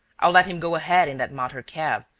i'll let him go ahead in that motor-cab,